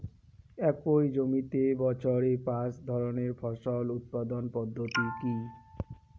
একই জমিতে বছরে পাঁচ ধরনের ফসল উৎপাদন পদ্ধতি কী?